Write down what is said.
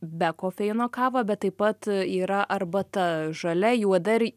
be kofeino kavą bet taip pat yra arbata žalia juoda ir